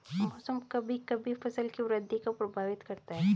मौसम कभी कभी फसल की वृद्धि को प्रभावित करता है